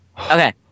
Okay